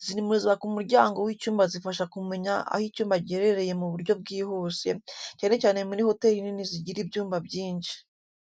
Izi nimero ziba ku muryango w'icyumba zifasha mu kumenya aho icyumba giherereye mu buryo bwihuse, cyane cyane mu hoteli nini zigira ibyumba byinshi.